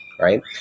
right